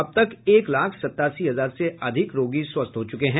अब तक एक लाख सतासी हजार से अधिक रोगी स्वस्थ हो चूके हैं